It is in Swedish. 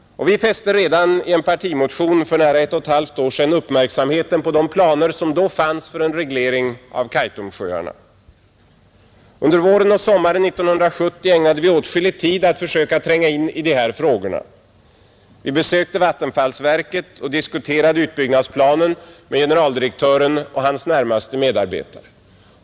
Vi fäste redan i en partimotion för nära ett och ett halvt år sedan uppmärksamheten på de planer som då fanns för en reglering av Kaitumsjöarna. Under våren och sommaren 1970 ägnade vi åtskillig tid åt att försöka tränga in i dessa frågor. Vi besökte vattenfallsverket, vi diskuterade utbyggnadsplanen med generaldirektören och hans närmaste medarbetare.